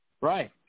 Right